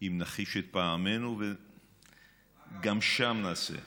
נחיש את פעמינו וגם שם נעשה.